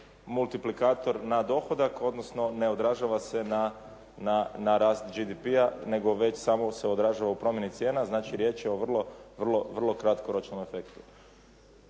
multiplikator na dohodak, odnosno ne odražava se na rast GDP-a nego već samo se odražava u promjeni cijena znači riječ je o vrlo kratkoročnom efektu.